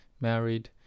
married